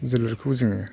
जोलुरखौ जोङो